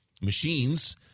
machines